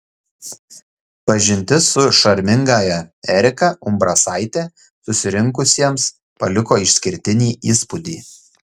pažintis su šarmingąja erika umbrasaite susirinkusiems paliko išskirtinį įspūdį